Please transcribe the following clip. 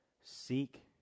Seek